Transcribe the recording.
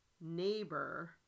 neighbor